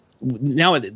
now